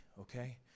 Okay